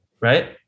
right